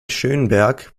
schönberg